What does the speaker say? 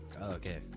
Okay